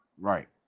Right